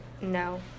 no